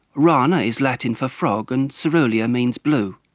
rana is latin for frog, and caerulea means blue.